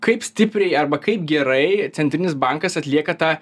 kaip stipriai arba kaip gerai centrinis bankas atlieka tą